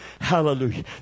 Hallelujah